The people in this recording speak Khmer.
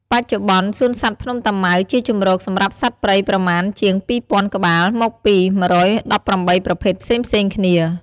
បច្ចុប្បន្ន សួនសត្វភ្នំតាម៉ៅជាជម្រកសម្រាប់សត្វព្រៃប្រមាណជាង ២,០០០ ក្បាល មកពី ១១៨ ប្រភេទ ផ្សេងៗគ្នា។